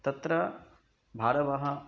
तत्र भारवाहः